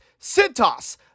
Centos